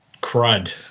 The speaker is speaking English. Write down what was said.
crud